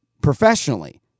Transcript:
professionally